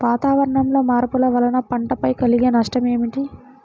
వాతావరణంలో మార్పుల వలన పంటలపై కలిగే నష్టం ఏమిటీ?